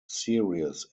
series